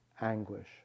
anguish